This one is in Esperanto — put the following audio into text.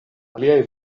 aliaj